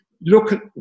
look